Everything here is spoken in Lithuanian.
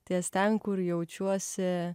ties ten kur jaučiuosi